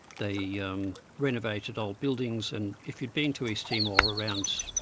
they yeah um renovated old buildings. and if you'd been to east timor around,